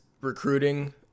recruiting